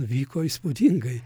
vyko įspūdingai